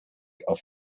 auf